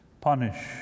Punish